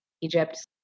Egypt